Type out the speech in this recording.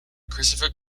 christopher